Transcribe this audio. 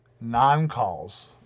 non-calls